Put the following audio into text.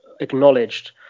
acknowledged